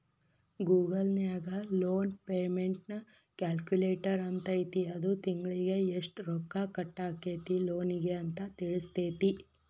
Google ನ್ಯಾಗ loan payment calculator ಅಂತೈತಿ ಅದು ತಿಂಗ್ಳಿಗೆ ಯೆಷ್ಟ್ ರೊಕ್ಕಾ ಕಟ್ಟಾಕ್ಕೇತಿ ಲೋನಿಗೆ ಅಂತ್ ತಿಳ್ಸ್ತೆತಿ